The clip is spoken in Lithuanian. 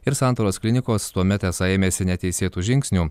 ir santaros klinikos tuomet esą ėmėsi neteisėtų žingsnių